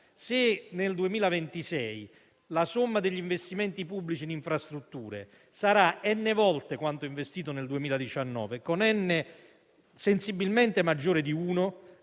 se nel 2026 la somma degli investimenti pubblici in infrastrutture sarà *n* volte quanto investito nel 2019, con *n* sensibilmente maggiore di 1,